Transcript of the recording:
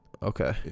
Okay